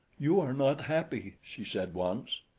you are not happy, she said once.